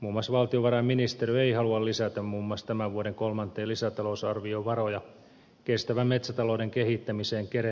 muun muassa valtiovarainministeriö ei haluta lisätä muun muassa tämän vuoden kolmanteen lisätalousarvioon varoja kestävän metsätalouden kehittämiseen kemeran kautta